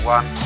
One